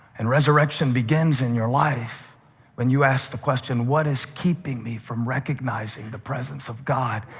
and resurrection begins in your life when you ask the question, what is keeping me from recognizing the presence of god